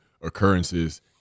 occurrences